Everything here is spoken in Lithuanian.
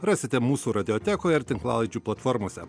rasite mūsų radiotekoj ar tinklalaidžių platformose